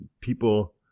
People